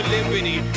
Liberty